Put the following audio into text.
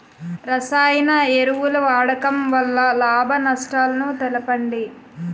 రసాయన ఎరువుల వాడకం వల్ల లాభ నష్టాలను తెలపండి?